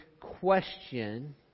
question